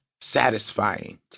satisfying